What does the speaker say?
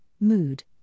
mood